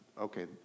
okay